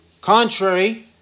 contrary